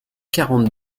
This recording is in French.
quarante